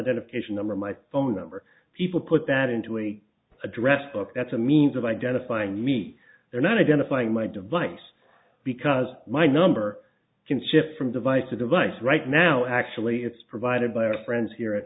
beneficial number my phone number people put that into a address book that's a means of identifying me they're not identifying my device because my number can ship from device to device right now actually it's provided by our friends here